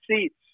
seats